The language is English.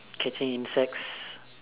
catching insects